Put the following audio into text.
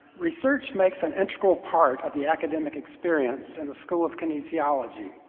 research makes an integral part of the academic experience in the school of kinesiology.